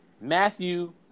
Matthew